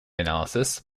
analysis